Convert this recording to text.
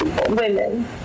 women